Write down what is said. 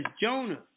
Jonah